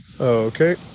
Okay